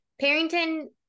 Parrington